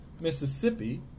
Mississippi